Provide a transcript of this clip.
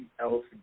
else